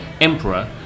emperor